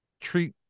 treat